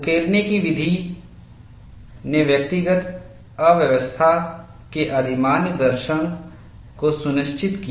उकेरने की विधि ने व्यक्तिगत अव्यवस्था के अधिमान्य धर्षण को सुनिश्चित किया